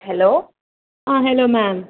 hello ആ hello മാം